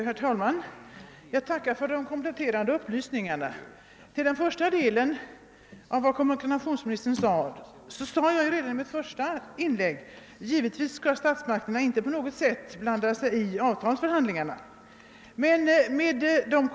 Herr talman! Jag tackar för de kompletterande upplysningarna. På den första delen av det som kommunikationsministern sade svarade jag redan i mitt första inlägg: Givetvis skall statsmakterna inte på något sätt blanda sig i avtalsförhandlingarna.